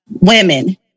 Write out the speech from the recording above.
women